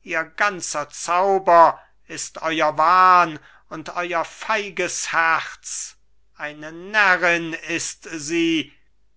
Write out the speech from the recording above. ihr ganzer zauber ist euer wahn und euer feiges herz eine närrin ist sie